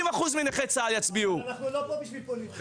הוא כרגע מוכר כ-50% אז אין מענה לצרכים שלו.